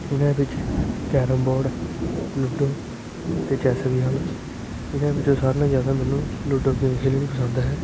ਇਹਨਾਂ ਵਿੱਚ carrom board ludo ਅਤੇ ਚੈਸ ਵੀ ਹਨ ਇਹਨਾਂ ਵਿੱਚੋਂ ਸਾਰਿਆਂ ਨਾਲੋਂ ਜ਼ਿਆਦਾ ਮੈਨੂੰ ਲੁਡੋ ਗੇਮ ਖੇਲਣੀ ਪਸੰਦ ਹੈ